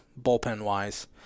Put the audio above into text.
bullpen-wise